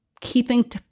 keeping